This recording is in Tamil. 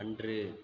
அன்று